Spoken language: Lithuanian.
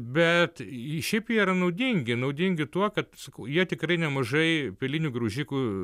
bet šiaip jie yra naudingi naudingi tuo kad sakau jie tikrai nemažai pelinių graužikų